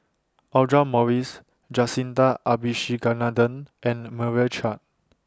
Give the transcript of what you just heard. Audra Morrice Jacintha Abisheganaden and Meira Chand